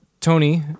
Tony